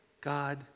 God